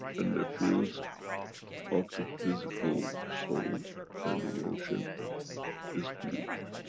and the fields of the physical soul and emotion is created.